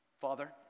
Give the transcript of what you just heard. Father